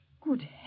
Good